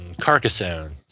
Carcassonne